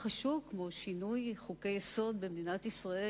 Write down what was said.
חשוב כמו שינוי חוקי-יסוד במדינת ישראל